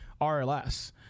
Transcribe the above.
RLS